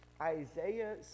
Isaiah